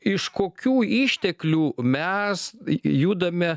iš kokių išteklių mes judame